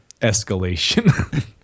escalation